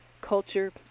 Culture